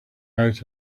out